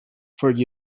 for